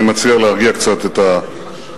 אני מציע להרגיע קצת את הרוחות.